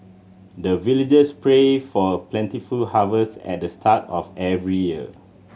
the villagers pray for plentiful harvest at the start of every year